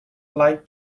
like